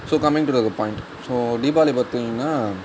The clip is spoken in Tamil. so coming to the point so Deepavali பார்த்தீங்கன்னா